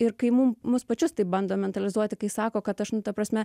ir kai mum mus pačius taip bando mentalizuoti kai sako kad aš nu ta prasme